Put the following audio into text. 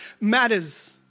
matters